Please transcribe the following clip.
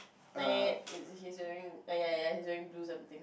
he's wearing err ya ya he's wearing blue something